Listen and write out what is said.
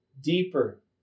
Deeper